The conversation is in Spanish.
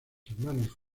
hermanos